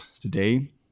today